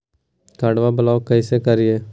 कार्डबा के ब्लॉक कैसे करिए?